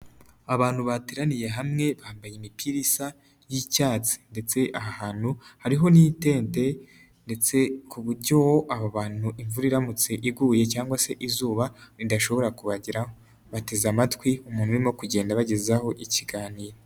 Abantu bateraniye hamwe bambaye imipira isa y'icyatsi ndetse aha hantu hariho n'itende ndetse ku buryo aba bantu imvura iramutse iguye cyangwa se izuba ridashobora kubageraho, bateze amatwi umuntu urimo kugenda abagezaho ikiganiro.